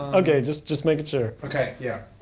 ah okay, just just making sure. okay, yeah.